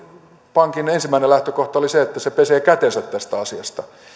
pankin ensimmäinen lähtökohta oli se että se pesee kätensä tästä asiasta